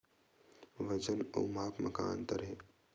वजन अउ माप म का अंतर हे?